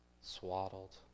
swaddled